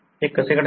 ते कसे घडते